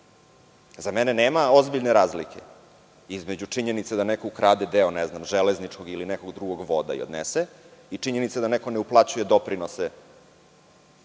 Za mene nema ozbiljne razlike između činjenica da neko ukrade deo ne znam deo železničkog ili nekog drugog voda i odnese i činjenica da neko ne uplaćuje doprinose